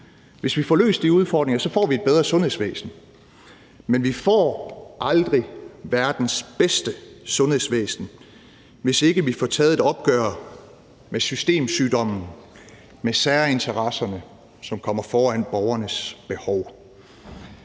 Hvis vi får løst de udfordringer, får vi et bedre sundhedsvæsen, men vi får aldrig verdens bedste sundhedsvæsen, hvis ikke vi får taget et opgør med systemsygdommen, med særinteresserne, som kommer foran borgernes behov.